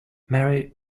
mary